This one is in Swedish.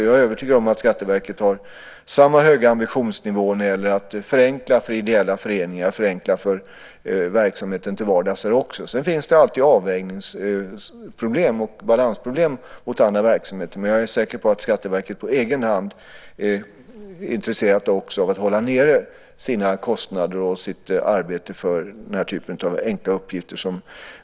Jag är övertygad om att Skatteverket har samma höga ambitionsnivå när det gäller att förenkla för ideella föreningar och verksamheten till vardags. Sedan finns det alltid avvägningsproblem och balansproblem mot andra verksamheter. Men jag är säker på att Skatteverket på egen hand är intresserat av att hålla nere sina kostnader och sitt arbete med den här typen av enkla uppgifter.